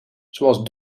zoals